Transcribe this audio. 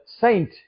saint